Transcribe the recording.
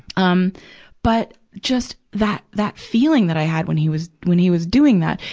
um but, just that, that feeling that i had when he was, when he was doing that,